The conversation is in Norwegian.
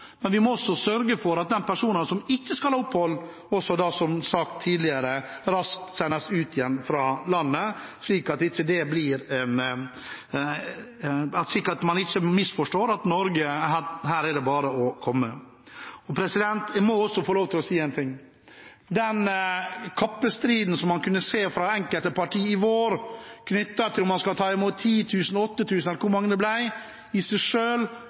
men man må også, som tidligere sagt, sørge for at de personene som ikke skal ha opphold, raskt sendes ut av landet, slik at man ikke misforstår og tror at til Norge er det bare å komme. Jeg må få lov til å si en ting til. Den kappestriden som man kunne se fra enkelte partier i vår, knyttet til om man skulle ta imot 10 000 eller 8 000 eller hvor mange det ble, var i seg